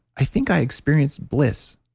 i think i experienced bliss.